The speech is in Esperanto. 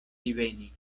diveni